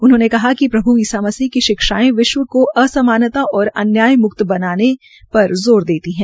उन्होंने कहा कि प्रभु ईसा मसीह की शिक्षायें विश्व की असमानता और अन्याय मुक्त बनाने पर जोर देती है